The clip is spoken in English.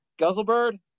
Guzzlebird